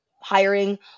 hiring